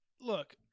Look